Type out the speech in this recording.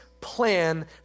plan